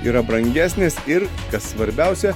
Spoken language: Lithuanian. yra brangesnės ir kas svarbiausia